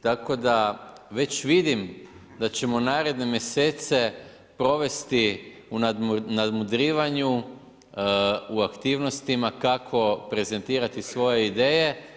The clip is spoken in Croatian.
Tako da već vidim da ćemo naredne mjesece provesti u nadmudrivanju, u aktivnostima kako prezentirati svoje ideje.